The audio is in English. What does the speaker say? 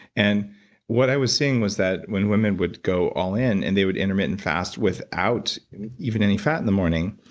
and what i was seeing was that when women would go all in and they would intermittent fast without even any fat in the morning,